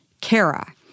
Kara